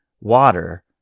water